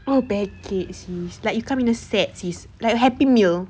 oh package sis like you come in a set sis like happy meal